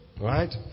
Right